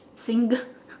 single